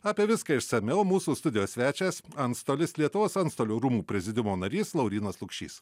apie viską išsamiau mūsų studijos svečias antstolis lietuvos antstolių rūmų prezidiumo narys laurynas lukšys